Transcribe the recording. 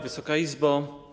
Wysoka Izbo!